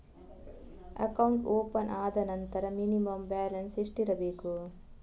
Account open ಆದ ನಂತರ minimum balance ಎಷ್ಟಿರಬೇಕು?